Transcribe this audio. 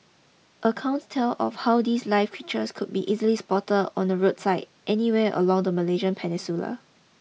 accounts tell of how these live creatures could be easily spotted on the roadside anywhere along the Malaysian Peninsula